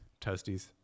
toasties